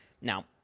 Now